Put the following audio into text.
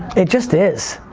it just is.